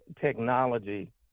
technology